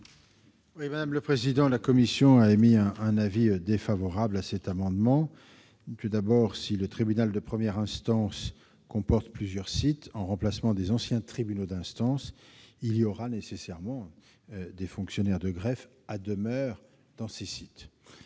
de la commission ? La commission a émis un avis défavorable sur cet amendement. En premier lieu, si le tribunal de première instance comporte plusieurs sites, en remplacement des anciens tribunaux d'instance, il y aura nécessairement des fonctionnaires de greffe à demeure dans ces sites.